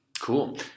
Cool